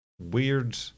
weird